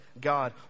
God